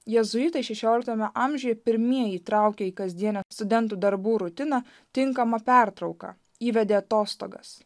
jėzuitai šešioliktame amžiuje pirmieji įtraukė į kasdienę studentų darbų rutiną tinkamą pertrauką įvedė atostogas